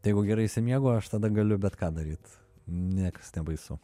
jeigu gerai išsimiegu aš tada galiu bet ką daryt niekas nebaisu